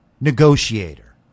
negotiator